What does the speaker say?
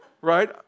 right